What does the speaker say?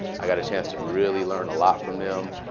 i got a chance to really learn a lot from them.